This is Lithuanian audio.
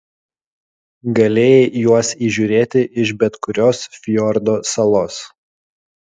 galėjai juos įžiūrėti iš bet kurios fjordo salos